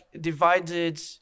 divided